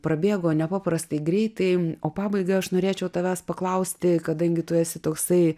prabėgo nepaprastai greitai o pabaigai aš norėčiau tavęs paklausti kadangi tu esi toksai